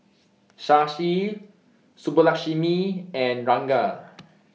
Shashi Subbulakshmi and Ranga